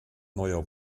neuer